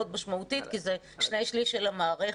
משמעותית כי זה שני שליש של המערכת.